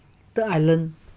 third island